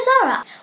Zara